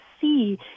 see